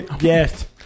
Yes